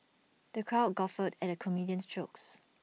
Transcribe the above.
the crowd guffawed at the comedian's jokes